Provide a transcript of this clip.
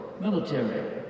military